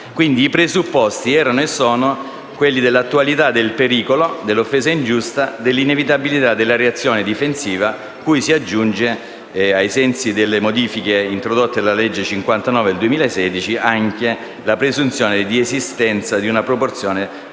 i presupposti erano e sono: l'attualità del pericolo, l'offesa ingiusta, l'inevitabilità della reazione difensiva, cui si aggiunge, ai sensi delle modifiche introdotte dalla legge n. 59 del 2016, anche la presunzione di esistenza di una proporzione